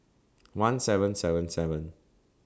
one seven seven seven